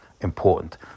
important